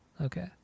Okay